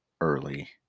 early